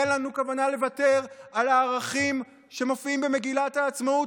אין לנו כוונה לוותר על הערכים שמופיעים במגילת העצמאות,